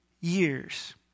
years